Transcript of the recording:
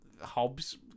Hobbs